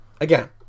Again